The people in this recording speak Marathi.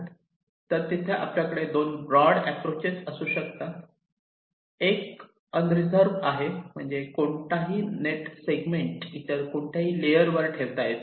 तर तिथे आपल्याकडे 2 ब्रॉड अॅप्रोच असू शकतात एक अनरिझर्व आहे म्हणजे कोणताही नेट सेगमेंट इतर कोणत्याही लेअर वर ठेवता येतो